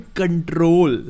control